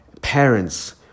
parents